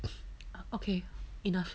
okay enough